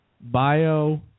Bio